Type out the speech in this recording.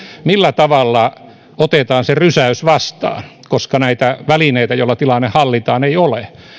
millä tavalla otetaan se rysäys vastaan koska näitä välineitä joilla tilanne hallitaan ei ole